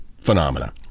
phenomena